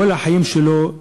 כל החיים שלו,